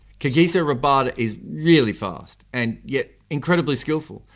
kagiso rabada is really fast and yet incredibly skilful.